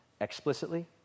explicitly